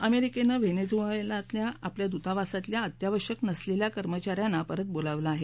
अमेरिकेनं वेनेजुएलातल्या आपल्या दुतावासातल्या अत्यावशक नसलेल्या कर्मचाऱ्यांना परत बोलावलं आहे